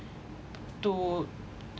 to